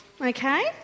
Okay